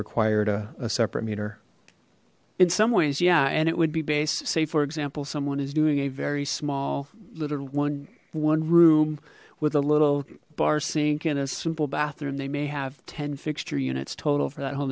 required a separate meter in some ways yeah and it would be based say for example someone is doing a very small little one one room with a little bar sink and a simple bathroom they may have ten fixture units total for that ho